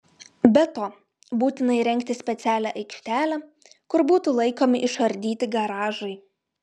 be to būtina įrengti specialią aikštelę kur būtų laikomi išardyti garažai